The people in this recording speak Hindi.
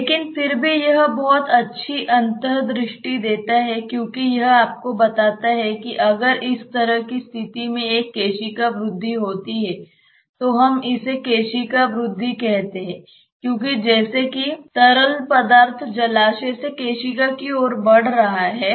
लेकिन फिर भी यह बहुत अच्छी अंतर्दृष्टि देता है क्योंकि यह आपको बताता है कि अगर इस तरह की स्थिति में एक केशिका वृद्धि होती है तो हम इसे केशिका वृद्धि कहते हैं क्योंकि जैसे कि तरल पदार्थ जलाशय से केशिका की ओर बढ़ रहा है